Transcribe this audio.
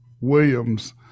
Williams